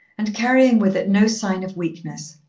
and carrying with it no sign of weakness.